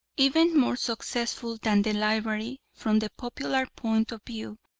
even more successful than the library, from the popular point of view,